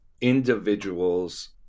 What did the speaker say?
individuals